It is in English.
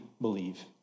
Believe